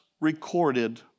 recorded